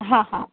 હા હા